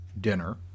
dinner